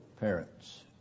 Parents